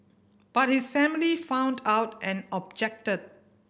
but his family found out and objected